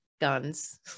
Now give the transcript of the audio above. guns